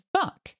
fuck